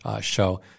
show